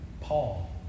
Paul